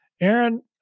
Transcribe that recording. Aaron